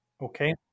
okay